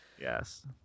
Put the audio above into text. Yes